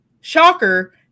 Shocker